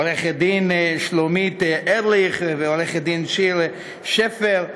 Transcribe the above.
עורכת-דין שלומית ארליך ועורכת-דין שיר שפר,